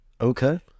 Okay